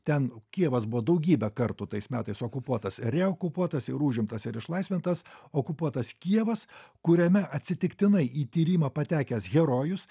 ten kijevas buvo daugybę kartų tais metais okupuotas reokupuotas ir užimtas ir išlaisvintas okupuotas kijevas kuriame atsitiktinai į tyrimą patekęs herojus